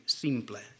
simple